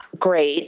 Great